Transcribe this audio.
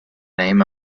name